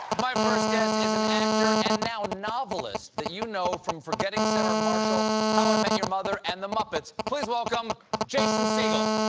my first guest is an actor and now novelist you know from forgetting sarah marshall, how i met your mother and the muppets. please welcome jason segel.